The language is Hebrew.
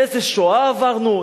איזו שואה עברנו?